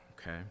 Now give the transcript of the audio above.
okay